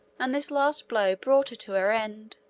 and this last blow brought her to her end.